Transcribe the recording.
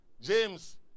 James